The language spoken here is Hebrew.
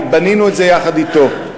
כי בנינו את זה יחד אתו.